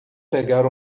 pegar